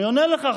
אני עונה לך,